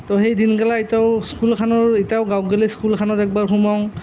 তো সেই দিনগেলা এতিয়াও স্কুলখনৰ এতিয়াও গাঁৱত গ'লে স্কুলখনত একবাৰ সোমাওঁ